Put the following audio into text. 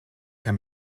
herr